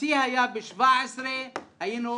השיא היה ב-2016 כשמנינו